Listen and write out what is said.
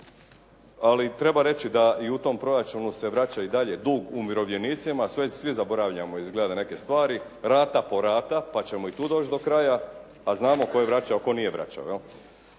ali treba reći da i u tom proračunu se vraća i dalje dug umirovljenici, svi zaboravljamo izgleda neke stvari, rata po rata pa ćemo i tu doći do kraja, a znamo tko je vraćao, a tko nije vraćao